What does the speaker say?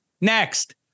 Next